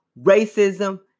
racism